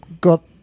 got